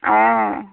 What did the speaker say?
অ